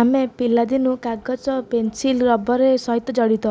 ଆମେ ପିଲାଦିନୁ କାଗଜ ପେନ୍ସିଲ୍ ରବରରେ ସହିତ ଜଡ଼ିତ